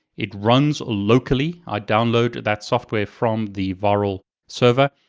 it runs locally, i download that software from the virl server,